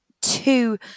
two